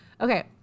Okay